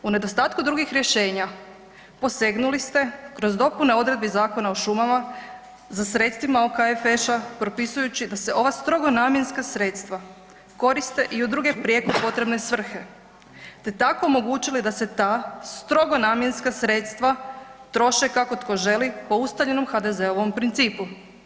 U nedostatku drugih rješenja posegnuli ste kroz dopune odredbi Zakona o šumama za sredstvima OKFŠ-a propisujući da se ova strogo namjenska sredstva koriste i u druge prijeko potrebne svrhe te tako omogućili da se ta strogo namjenska sredstva troše kako tko želi po ustaljenom HDZ-ovom principu.